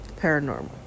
Paranormal